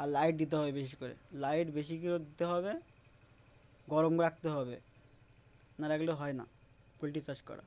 আর light দিতে হবে বিশেষ করে লাইট বেশি করে দিতে হবে গরম রাখতে হবে না রাখলে হয় না পোলট্রি চাষ করা